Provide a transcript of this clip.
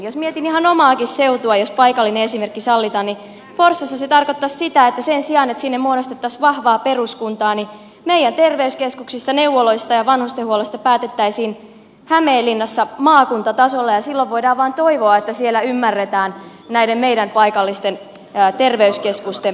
jos mietin ihan omaakin seutua jos paikallinen esimerkki sallitaan niin forssassa se tarkoittaisi sitä että sen sijaan että sinne muodostettaisiin vahvaa peruskuntaa meidän terveyskeskuksista neuvoloista ja vanhustenhuollosta päätettäisiin hämeenlinnassa maakuntatasolla ja silloin voidaan vain toivoa että siellä ymmärretään näiden meidän paikallisten terveyskeskusten päälle